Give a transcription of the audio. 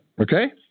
Okay